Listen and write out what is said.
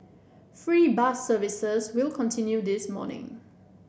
free bus services will continue this morning